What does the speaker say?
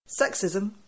Sexism